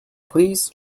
please